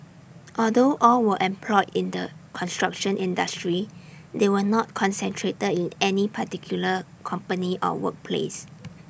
although all were employed in the construction industry they were not concentrated in any particular company or workplace